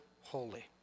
holy